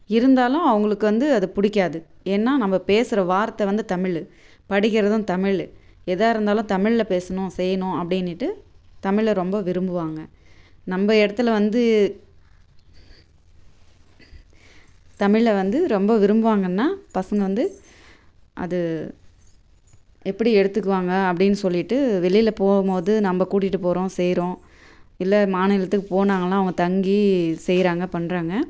இருந்தாலும் அவங்களுக்கு வந்து அது பிடிக்காது ஏன்னால் நம்ம பேசுகிற வார்த்தை வந்து தமிழ் படிக்கிறதும் தமிழ் எதாக இருந்தாலும் தமிழில் பேசணும் செய்யணும் அப்படினிட்டு தமிழை ரொம்ப விரும்புவாங்க நம்ம இடத்துல வந்து தமிழை வந்து ரொம்ப விரும்புவாங்கன்னால் பசங்கள் வந்து அது எப்படி எடுத்துக்குவாங்க அப்படின்னு சொல்லிவிட்டு வெளியில் போகும்போது நம்ம கூட்டிகிட்டு போகிறோம் செய்கிறோம் இல்லை மாநிலத்துக்கு போனாங்கன்னால் அவங்க தங்கி செய்கிறாங்க பண்ணுறாங்க